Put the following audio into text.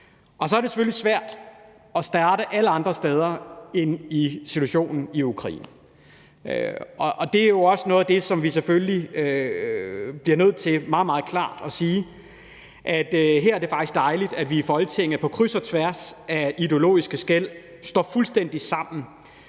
Så er det selvfølgelig svært at starte alle andre steder end ved situationen i Ukraine. Det er jo også noget af det, som vi selvfølgelig bliver nødt til meget, meget klart at sige, nemlig at her er det faktisk dejligt, at vi i Folketinget på kryds og tværs af ideologiske skel, står fuldstændig sammen